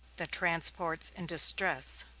the transports in distress